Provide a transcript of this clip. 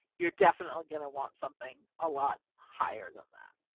you're definitely going to want something a lot higher than that.